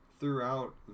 throughout